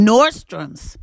Nordstrom's